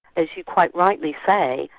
as you quite rightly say,